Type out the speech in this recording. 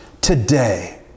today